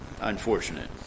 unfortunate